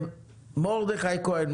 מרדכי כהן,